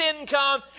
income